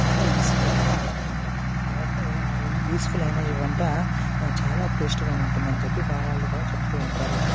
చాలా యూస్ఫుల్ అయ్యింది ఆ యొక్క వంట ఆ యొక్క యూస్ఫుల్ అయిన ఈ వంట చాలా టేస్టుగా ఉంటుందని చెప్పి మా వాళ్ళు కూడా చెపుతు ఉంటారు